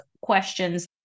questions